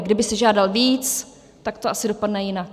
Kdyby si žádal víc, tak to asi dopadne jinak.